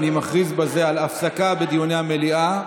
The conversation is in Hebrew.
אני מכריז בזה על הפסקה בדיוני המליאה.